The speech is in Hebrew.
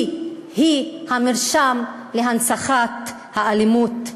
היא-היא המרשם להנצחת האלימות.